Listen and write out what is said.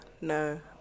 No